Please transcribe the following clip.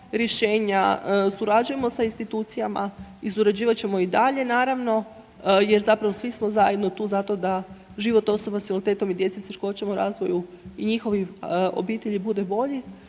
rješenja, surađujemo sa institucijama i surađivat ćemo i dalje naravno jer zapravo svi smo zajedno tu zato da život osoba s invaliditetom i djece s teškoćama u razvoju i njihovim obitelji, bude bolji.